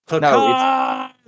No